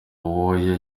uwoya